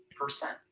percent